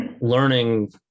learning